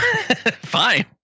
Fine